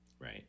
Right